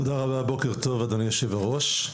תודה רבה ובוקר טוב, אדוני יושב הראש.